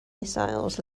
missiles